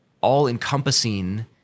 all-encompassing